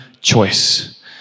choice